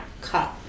cut